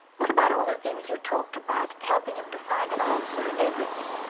what about all the things you talked about? helping him to find an answer and everything?